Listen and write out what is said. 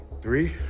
Three